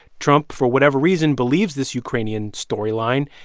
trump, for whatever reason, believes this ukrainian storyline,